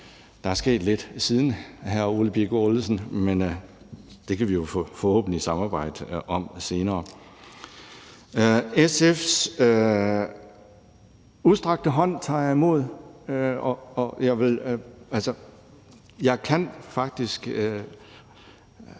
til hr. Ole Birk Olesen, men det kan vi jo forhåbentlig samarbejde om senere. SF's udstrakte hånd tager jeg imod. Jeg kan faktisk